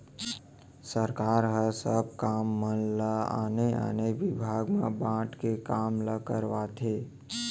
सरकार ह सब काम मन ल आने आने बिभाग म बांट के काम ल करवाथे